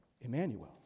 Emmanuel